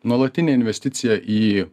nuolatinė investicija į